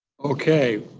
okay,